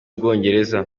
bwongereza